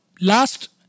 last